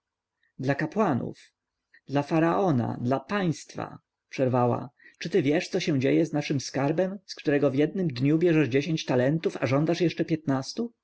kapłanów dla faraona dla państwa przerwała czy ty wiesz co się dzieje z naszym skarbem z którego w jednym dniu bierzesz dziesięć talentów a żądasz jeszcze piętnastu